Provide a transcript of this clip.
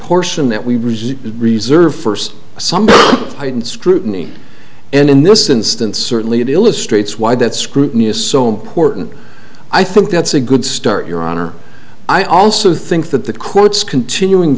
portion that we resume reserve first some heightened scrutiny and in this instance certainly it illustrates why that scrutiny is so important i think that's a good start your honor i also think that the courts continuing